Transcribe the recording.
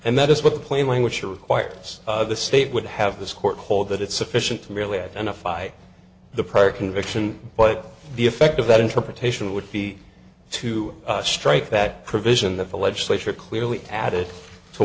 and that is what the plain language required yes the state would have this court hold that it's sufficient to really identify the prior conviction but the effect of that interpretation would be to strike that provision that the legislature clearly added to